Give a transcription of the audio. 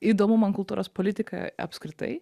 įdomu man kultūros politika apskritai